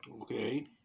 Okay